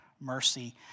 mercy